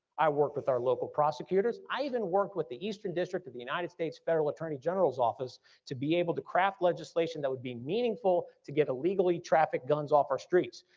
i worked with our local prosecutors. i even worked with the eastern district of the united states federal attorney general's office to be able to craft legislation that would be meaningful to get illegally traffic guns off our streets.